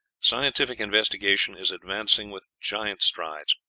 scientific investigation is advancing with giant strides.